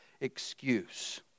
excuse